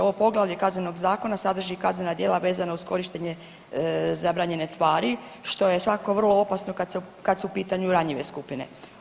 Ovo poglavlje Kaznenog zakona sadrži i kaznena djela vezana uz korištenje zabranjene tvari, što je svakako vrlo opasno kad su u pitanju ranjive skupine.